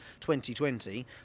2020